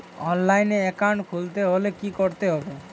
অনলাইনে একাউন্ট খুলতে হলে কি করতে হবে?